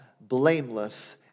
blameless